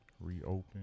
reopen